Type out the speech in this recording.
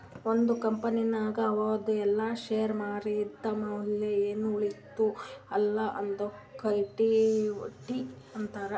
ಒಂದ್ ಕಂಪನಿನಾಗ್ ಅವಂದು ಎಲ್ಲಾ ಶೇರ್ ಮಾರಿದ್ ಮ್ಯಾಲ ಎನ್ ಉಳಿತ್ತುದ್ ಅಲ್ಲಾ ಅದ್ದುಕ ಇಕ್ವಿಟಿ ಅಂತಾರ್